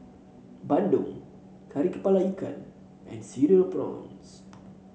Bandung Kari kepala Ikan and Cereal Prawns